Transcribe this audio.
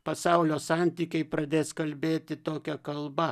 pasaulio santykiai pradės kalbėti tokia kalba